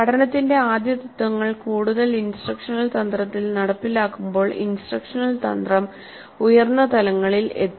പഠനത്തിന്റെ ആദ്യ തത്ത്വങ്ങൾ കൂടുതൽ ഇൻസ്ട്രക്ഷണൽ തന്ത്രത്തിൽ നടപ്പിലാക്കുമ്പോൾ ഇൻസ്ട്രക്ഷണൽ തന്ത്രം ഉയർന്ന തലങ്ങളിൽ എത്തും